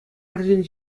арҫын